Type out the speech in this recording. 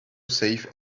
safe